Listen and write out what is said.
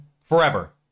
forever